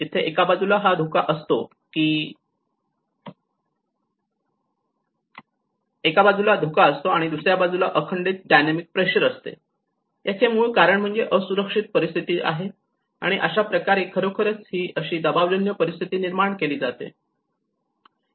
जिथे एका बाजूला हा धोका असतो आणि दुसऱ्या बाजूला अखंडित डायनॅमिक प्रेशर असते याचे मूळ कारण म्हणजेच असुरक्षित परिस्थिती आहे आणि अशाप्रकारे खरोखर ही अशी दबावजन्य परिस्थिती निर्माण केली जाते